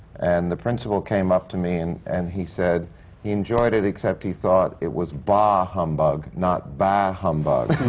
and the principal came up to me and and he said he enjoyed it, except he thought it was bah, humbug, not baa, humbug!